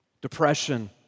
depression